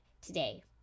today